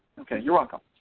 okay you're welcome.